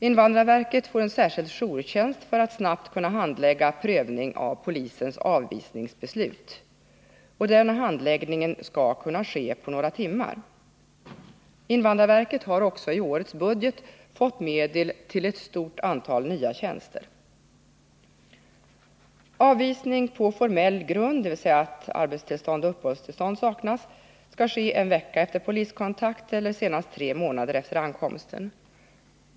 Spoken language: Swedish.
Invandrarverket föreslås få en särskild jourtjänst för att snabbt kunna handlägga prövning av polisens avvisningsbeslut, och den handläggningen skall kunna ske på några timmar. Invandrarverket har också i årets budget fått medel till ett stort antal nya tjänster. Avvisning på formell grund, dvs. då arbetstillstånd och uppehållstillstånd saknas, skall ske en vecka efter poliskontakt eller senast tre månader från ankomsten.